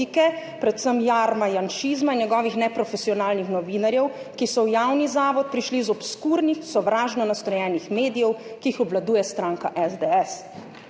predvsem jarma janšizma in njegovih neprofesionalnih novinarjev, ki so v javni zavod prišli iz obskurnih, sovražno nastrojenih medijev, ki jih obvladuje stranka SDS.